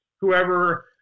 Whoever